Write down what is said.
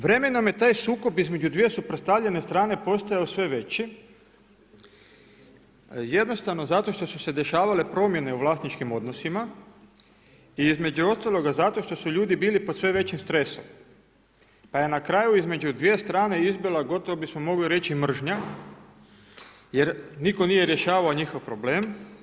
Vremenom je taj sukob između dvije suprotstavljene strane postajao sve veći, jednostavno zato što su se dešavale promjene u vlasničkim odnosima i između ostaloga zato što su ljudi bili pod sve većim stresom pa je na kraju između 2 strane izbila, gotovo bismo mogli reći mržnja jer nitko nije rješavao njihov problem.